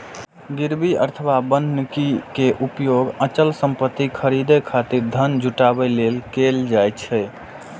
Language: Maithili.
गिरवी अथवा बन्हकी के उपयोग अचल संपत्ति खरीदै खातिर धन जुटाबै लेल कैल जाइ छै